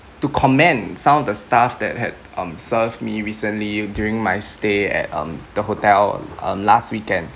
to commend some of the staff that had um served me recently during my stay at um the hotel um last weekend